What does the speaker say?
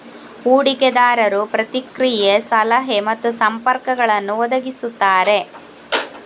ಹೂಡಿಕೆದಾರರು ಪ್ರತಿಕ್ರಿಯೆ, ಸಲಹೆ ಮತ್ತು ಸಂಪರ್ಕಗಳನ್ನು ಒದಗಿಸುತ್ತಾರೆ